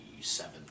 seven